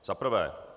Za prvé.